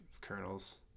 kernels